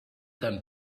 then